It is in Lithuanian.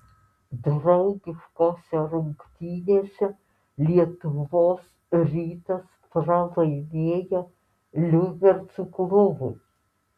draugiškose rungtynėse lietuvos rytas pralaimėjo liubercų klubui